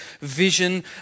vision